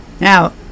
Now